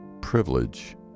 privilege